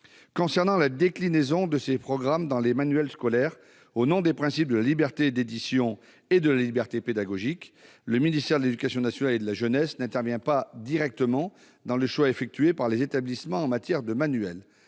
Concernant la déclinaison de ces programmes dans les manuels scolaires, au nom des principes de la liberté d'édition et de la liberté pédagogique, le ministère de l'éducation nationale et de la jeunesse n'intervient pas directement dans le choix des manuels auquel procèdent les établissements.